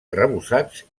arrebossats